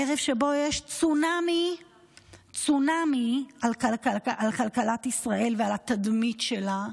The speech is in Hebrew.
בערב שבו יש צונאמי על כלכלת ישראל ועל התדמית שלה,